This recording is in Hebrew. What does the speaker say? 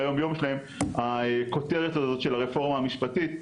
ליום יום שלהם הכותרת הזאת של הרפורמה המשפטית,